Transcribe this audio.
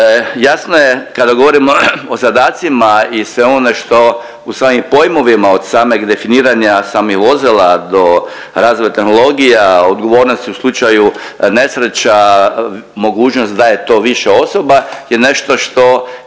Jasno je kada govorimo o zadacima i sve ono što u svojim pojmovima od samog definiranja samih vozila do razvoja tehnologija, odgovornosti u slučaju nesreća, mogućnost da je to više osoba je nešto što